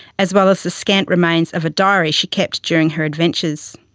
as well as the scant remains of a diary she kept during her adventures.